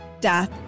death